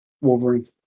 Wolverine